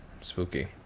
spooky